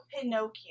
Pinocchio